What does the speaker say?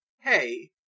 hey